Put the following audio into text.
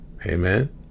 Amen